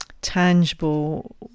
tangible